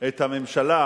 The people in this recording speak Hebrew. את הממשלה,